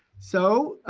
so,